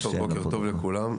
בוקר טוב לכולם.